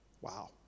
Wow